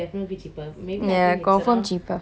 ya confirm cheaper